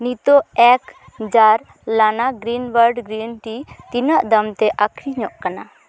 ᱱᱤᱛᱚᱜ ᱮᱠ ᱡᱟᱨ ᱞᱟᱱᱟ ᱜᱨᱤᱱᱵᱟᱨᱰ ᱜᱨᱤᱱ ᱴᱤ ᱛᱤᱱᱟᱹᱜ ᱫᱟᱢᱛᱮ ᱟᱹᱠᱷᱨᱤᱧᱚᱜ ᱠᱟᱱᱟ